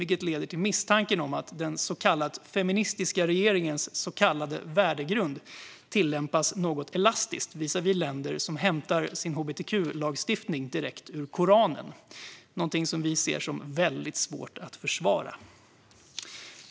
Det leder till misstanken om att den så kallade feministiska regeringens så kallade värdegrund tillämpas något elastiskt visavi länder som hämtar sin hbtq-lagstiftning direkt ur Koranen, någonting som vi ser som mycket svårt att försvara. Fru talman!